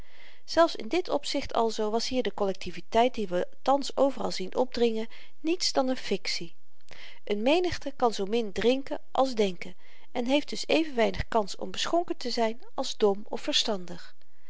zelfs in dit opzicht alzoo was hier de kollektiviteit die we thans overal zien opdringen niets dan n fiktie een menigte kan zoomin drinken als denken en heeft dus even weinig kans om beschonken te zyn als dom of verstandig